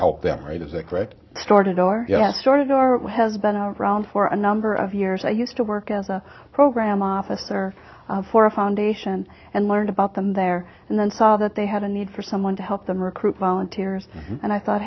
help them right is that correct started or yes sort of our has been around for a number of years i used to work as a program officer for a foundation and learned about them there and then saw that they had a need for someone to help them recruit volunteers and i thought